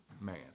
man